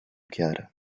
chiara